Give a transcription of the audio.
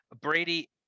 Brady